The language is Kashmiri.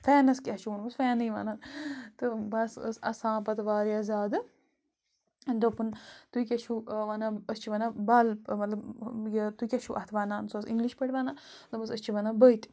فینَس کیٛاہ چھُو فینٕے وَنان تہٕ بَس ٲس اَسان پَتہٕ واریاہ زیادٕ دوٚپُن تُہۍ کیٛاہ چھُو وَنان أسۍ چِھِ وَنان بَلپ مطلب یہِ تُہۍ کیٛاہ چھُو اَتھ وَنان سُہ ٲس اِنٛگلِش پٲٹھۍ وَنان دوٚپٕس أسۍ چھِ وَنان بٔتۍ